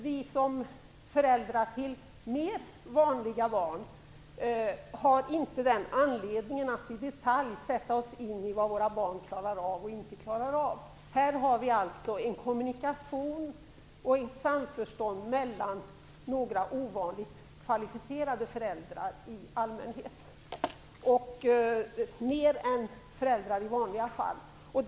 Vi som är föräldrar till mer vanliga barn har inte samma anledning att i detalj sätta oss in i vad våra barn klarar av och inte klarar av. Här är det fråga om en kommunikation och ett samförstånd mellan några ovanligt kvalificerade föräldrar. De är mer kvalificerade än vad föräldrar i vanliga fall är.